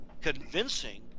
convincing